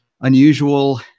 unusual